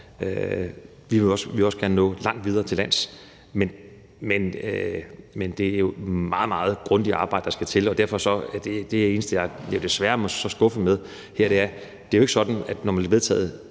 Vi vil også gerne nå langt videre til lands, men det er jo et meget, meget grundigt arbejde, der skal til, og derfor må jeg så desværre skuffe med, at det ikke er sådan, at når man har vedtaget